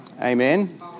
Amen